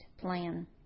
plan